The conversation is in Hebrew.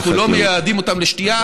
אנחנו לא מייעדים אותם לשתייה,